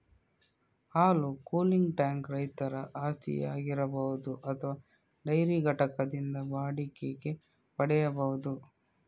ಹಾಲು cooling tank ರೈತರ ಆಸ್ತಿಯಾಗಿರಬಹುದು ಅಥವಾ ಡೈರಿ ಘಟಕದಿಂದ ಬಾಡಿಗೆಗೆ ಪಡೆಯಬಹುದು